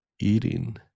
eating